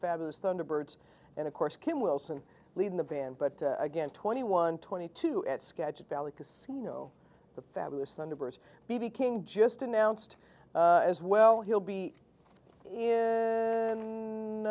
fabulous thunderbirds and of course kim wilson lead in the van but again twenty one twenty two at skagit valley casino the fabulous thunderbirds b b king just announced as well he'll be in